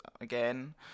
again